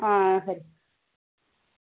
आं खरी